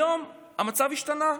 היום המצב השתנה.